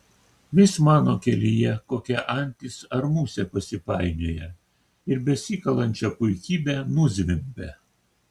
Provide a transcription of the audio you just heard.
vis mano kelyje kokia antis ar musė pasipainioja ir besikalančią puikybę nuzvimbia